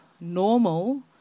normal